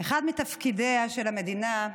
אחד מתפקידיה של המדינה,